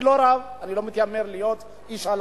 אני לא רב, אני לא מתיימר להיות איש הלכה.